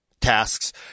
tasks